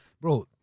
bro